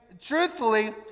truthfully